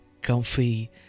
comfy